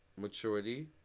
maturity